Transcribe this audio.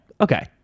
Okay